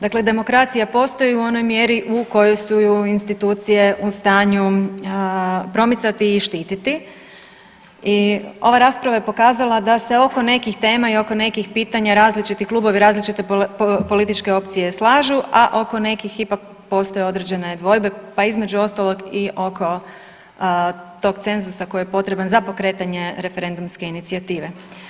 Dakle, demokracija postoji u onoj mjeri u kojoj su ju institucije u stanju promicati i štititi i ova rasprava je pokazala da se oko nekih tema i oko nekih pitanja različitih klubovi, različite političke opcije slažu, a oko nekih ipak postoje određene dvojbe pa između ostalog i oko tog cenzusa koji je potreban za pokretanje referendumske inicijative.